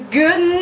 good